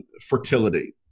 fertility